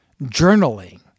journaling